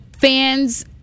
fans